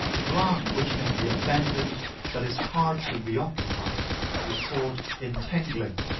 ground which can be abandoned but is hard to re-occupy is called entangling.